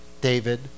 David